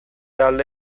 alde